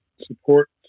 support